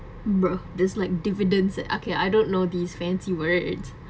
bro this like dividends eh okay I don't know these fancy words